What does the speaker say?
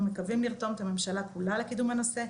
אנחנו מקווים לרתום את הממשלה כולה לקידום הנושא.